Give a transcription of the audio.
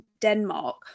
Denmark